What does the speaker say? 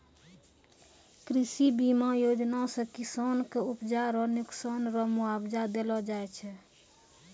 कृषि बीमा योजना से किसान के उपजा रो नुकसान रो मुआबजा देलो जाय छै